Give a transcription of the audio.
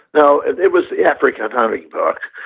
no, it was the african hunting book.